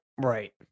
right